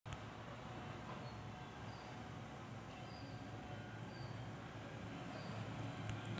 मालमत्ता दोन प्रकारची असू शकते, जंगम मालमत्ता आणि स्थावर मालमत्ता